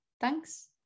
thanks